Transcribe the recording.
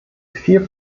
vier